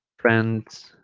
friends